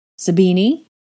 Sabini